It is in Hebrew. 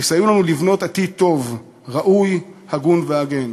יסייעו לנו לבנות עתיד טוב, ראוי, הגון והוגן.